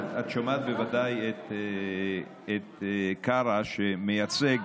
את בוודאי שומעת את קארה, שמייצג,